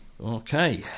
Okay